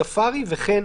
ספארי וכן".